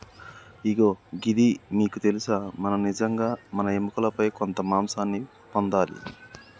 ఇగో గిది మీకు తెలుసా మనం నిజంగా మన ఎముకలపై కొంత మాంసాన్ని పొందాలి